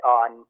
on